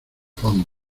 fondo